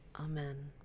amen